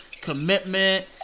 commitment